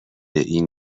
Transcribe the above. این